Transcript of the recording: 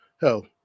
Hell